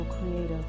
creative